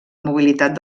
mobilitat